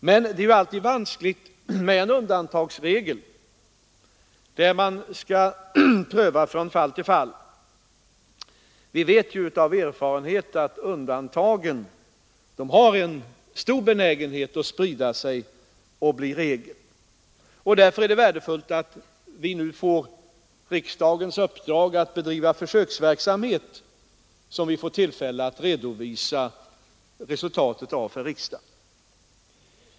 Men det är alltid vanskligt med en undantagsregel, där man skall pröva från fall till fall. Vi vet av erfarenhet att undantagen har stor benägenhet att sprida sig och bli en regel. Därför är det värdefullt att vi nu får riksdagens uppdrag att bedriva försöksverksamhet, så att vi får tillfälle att redovisa resultatet inför riksdagen.